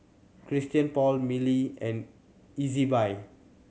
Christian Paul Mili and Ezbuy